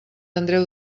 andreu